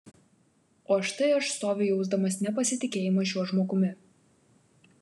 o štai aš stoviu jausdamas nepasitikėjimą šiuo žmogumi